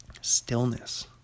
Stillness